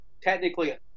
technically